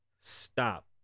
Stop